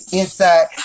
inside